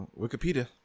Wikipedia